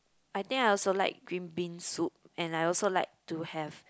I think I also like green bean soup and I also like to have